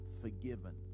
forgiven